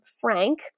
Frank